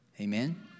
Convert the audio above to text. Amen